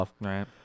right